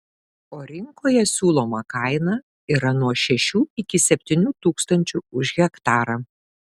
o rinkoje siūloma kaina yra nuo šešių iki septynių tūkstančių už hektarą